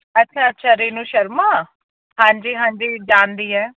ਅੱਛਾ ਅੱਛਾ ਰੇਨੂ ਸ਼ਰਮਾ ਹਾਂਜੀ ਹਾਂਜੀ ਜਾਣਦੀ ਹੈ